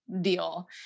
deal